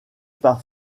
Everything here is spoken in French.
par